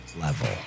level